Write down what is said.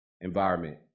environment